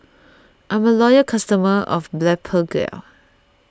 I'm a loyal customer of Blephagel